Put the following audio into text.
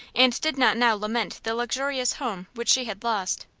and did not now lament the luxurious home which she had lost.